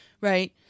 Right